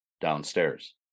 downstairs